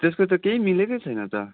त्यसको त केही मिलेकै छैन त